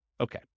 Okay